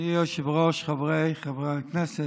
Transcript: אדוני היושב-ראש, חבריי חברי הכנסת,